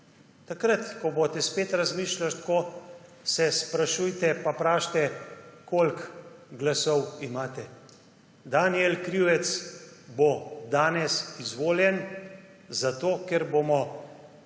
Takrat, ko boste spet razmišljali tako, se sprašujte pa vprašajte, koliko glasov imate. Danijel Krivec bo danes izvoljen zato, ker bomo